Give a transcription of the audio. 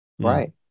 right